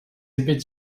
épées